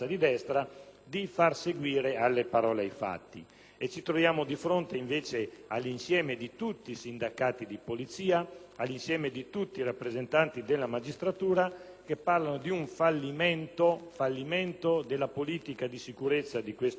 di far seguire alle parole i fatti. Ci troviamo di fronte invece all'insieme di tutti i sindacati di polizia e di tutti i rappresentanti della magistratura, che parlano di un fallimento e di un tradimento della politica di sicurezza di questo Governo.